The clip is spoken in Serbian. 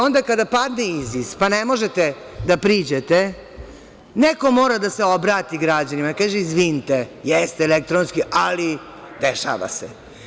Onda, kada padne IZIS, pa ne možete da priđete, neko mora da se obrati građanima, da kaže – izvinite, jeste elektronski, ali dešava se.